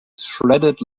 shredded